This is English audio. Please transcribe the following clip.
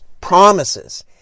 promises